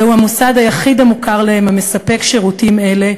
זהו המוסד היחיד המוכר להם המספק שירותים אלה,